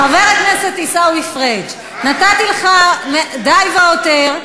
חבר הכנסת עיסאווי פריג', נתתי לך די והותר.